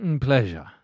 Pleasure